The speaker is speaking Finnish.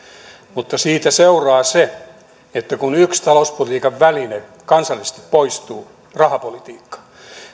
mutta siitä seuraa se että kun yksi talouspolitiikan väline kansallisesti poistuu rahapolitiikka